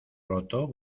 roto